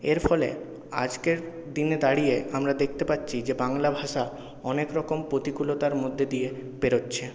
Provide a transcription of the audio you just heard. এর ফলে আজকের দিনে দাঁড়িয়ে আমরা দেখতে পাচ্ছি যে বাংলা ভাষা অনেক রকম প্রতিকূলতার মধ্যে দিয়ে পেরোচ্ছে